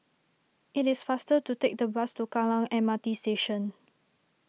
it is faster to take the bus to Kallang M R T Station